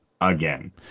Again